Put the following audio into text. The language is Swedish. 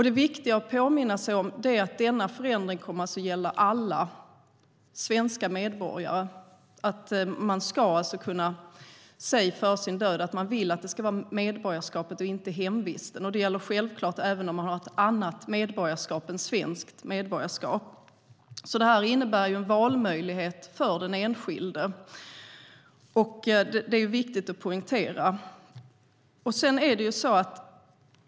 Det viktiga att påminna sig om är att denna förändring kommer att gälla alla svenska medborgare. Man ska alltså kunna säga före sin död att man vill att det avgörande ska vara medborgarskapet och inte hemvisten. Det gäller självklart även om man har ett annat medborgarskap än svenskt. Det här innebär en valmöjlighet för den enskilde, vilket är viktigt att poängtera.